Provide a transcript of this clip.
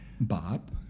Bob